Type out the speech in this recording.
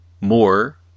more